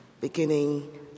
beginning